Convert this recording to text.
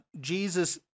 Jesus